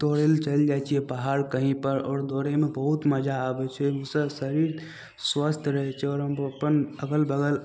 दौड़य लए चलि जाइ छियै बाहर कहींपर आओर दौड़यमे बहुत मजा आबय छै ओइसँ शरीर स्वस्थ रहय छै आओर हम अपन अगल बगल